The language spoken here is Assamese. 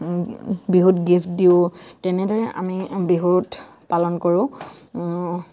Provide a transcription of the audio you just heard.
বিহুত গিফ্ট দিওঁ তেনেদৰেই আমি বিহুত পালন কৰো